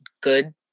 good